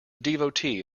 devotee